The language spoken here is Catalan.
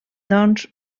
doncs